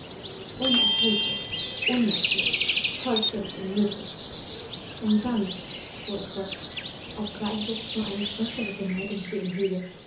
unerträglich unnatürlich vollständig unmöglich und dann fuhr ich fort obgleich ich jetzt nur eine schwesterliche neigung für ihn hege